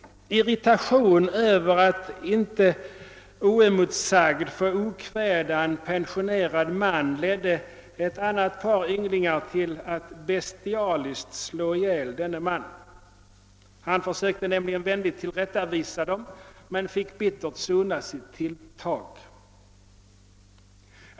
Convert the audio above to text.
Irritation över att inte oemotsagda få okväda en pensionerad man ledde ett annat par ynglingar till att bestialiskt slå ihjäl denne man. Han försökte nämligen vänligt tillrättavisa dem men fick bittert sona sitt tilltag.